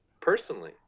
personally